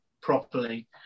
properly